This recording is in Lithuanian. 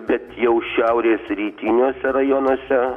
bet jau šiaurės rytiniuose rajonuose